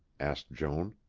asked joan.